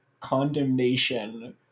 condemnation